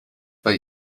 bei